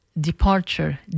departure